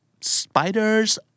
Spiders